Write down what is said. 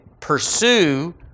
pursue